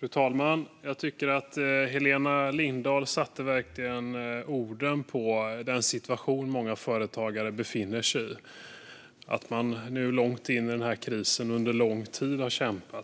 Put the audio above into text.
Fru talman! Jag tycker att Helena Lindahl verkligen sätter ord på den situation som många företagare befinner sig i. Man är långt in i krisen och har kämpat under lång tid.